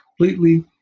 completely